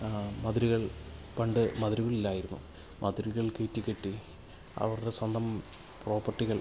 മതിലുകൾ പണ്ട് മതിലുകൾ ഇല്ലായിരുന്നു മതിലുകൾ കയറ്റി കെട്ടി അവരുടെ സ്വന്തം പ്രോപ്പർട്ടികൾ